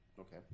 Okay